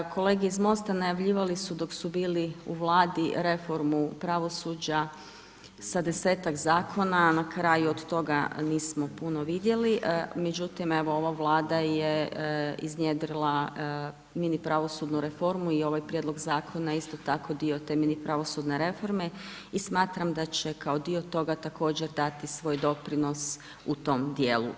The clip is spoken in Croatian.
Kolege iz MOST-a najavljivali su dok su bili u Vladi reformu pravosuđa sa 10-ak zakona, na kraju od toga nismo puno vidjeli međutim evo ova Vlada je iznjedrila mini pravosudnu reformu i ovaj prijedlog zakona je isto tako dio te mini pravosudne reforme i smatram da će kao dio toga također dati svoj doprinos u tom djelu.